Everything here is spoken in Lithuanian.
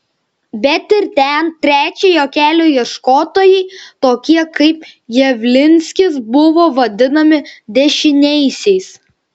bet ir ten trečiojo kelio ieškotojai tokie kaip javlinskis buvo vadinami dešiniaisiais